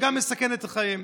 שגם מסכנת את חייהם.